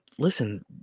Listen